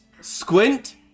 squint